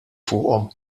fuqhom